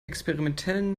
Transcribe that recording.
experimentellen